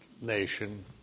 nation